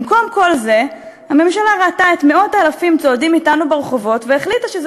במקום כל זה הממשלה ראתה את מאות האלפים צועדים אתנו ברחובות והחליטה שזו